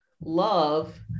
love